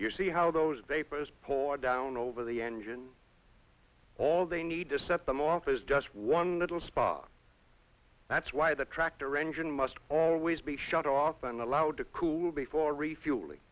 you see how those vapors pull down over the engine all they need to set them off is just one little spot that's why the tractor engine must always be shut off and allowed to cool before refueling